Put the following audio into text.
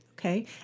Okay